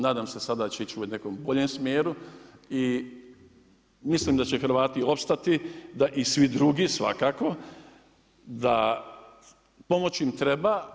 Nadam se sada da će ići u nekom boljem smjeru i mislim da će Hrvati opstati, da i svi drugi svakako, da pomoć im treba.